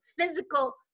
physical